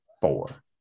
four